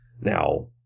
Now